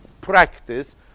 practice